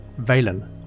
Valen